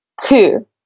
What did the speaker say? Two